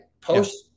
Post